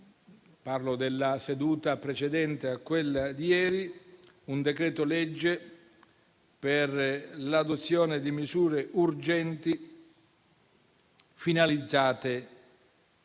alla seduta precedente a quella di ieri, un decreto-legge per l'adozione di misure urgenti finalizzate